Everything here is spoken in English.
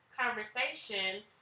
conversation